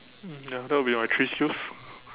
mm ya that will be my three skills